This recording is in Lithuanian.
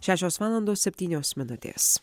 šešios valandos septynios minutės